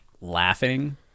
laughing